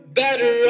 better